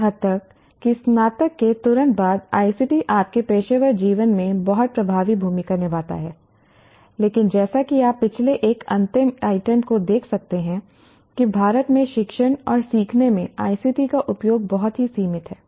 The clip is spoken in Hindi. इस हद तक कि स्नातक के तुरंत बाद ICT आपके पेशेवर जीवन में बहुत प्रभावी भूमिका निभाता है लेकिन जैसा कि आप पिछले एक अंतिम आइटम को देख सकते हैं कि भारत में शिक्षण और सीखने में ICT का उपयोग बहुत ही सीमित है